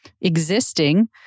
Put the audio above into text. existing